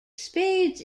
spades